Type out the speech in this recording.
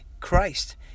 Christ